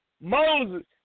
Moses